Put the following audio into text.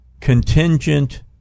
contingent